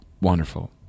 wonderful